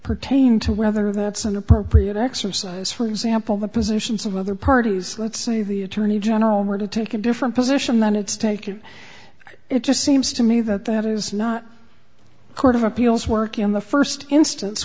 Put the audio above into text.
pertain to whether that's an appropriate exercise for example the positions of other parties let's say the attorney general were to take a different position than it's taken it just seems to me that that is not a court of appeals work in the first instance